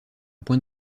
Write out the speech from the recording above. point